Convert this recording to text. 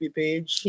page